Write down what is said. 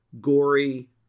gory